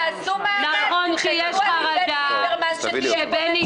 תעשו מאמץ, תלכו לאיווט ליברמן שתהיה פה ממשלה.